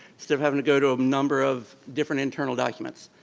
instead of having to go to a number of different internal documents.